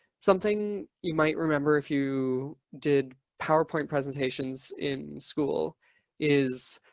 something you might remember if you did powerpoint presentations in school is,